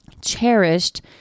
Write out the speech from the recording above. cherished